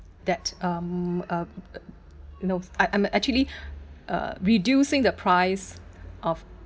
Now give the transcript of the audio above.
that um uh no I I'm actually uh reducing the price of